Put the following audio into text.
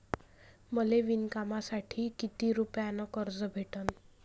मले विणकामासाठी किती रुपयानं कर्ज भेटन?